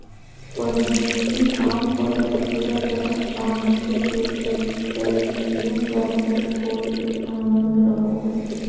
परिजीवी आमतौर पर पूरा तरह आंशिक रूप से कइल्शियम कार्बोनेट खोल में संलग्न रहो हइ